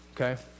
Okay